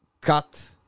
cut